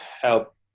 help